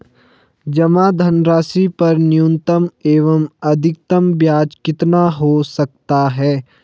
जमा धनराशि पर न्यूनतम एवं अधिकतम ब्याज कितना हो सकता है?